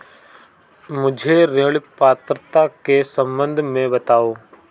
मुझे ऋण पात्रता के सम्बन्ध में बताओ?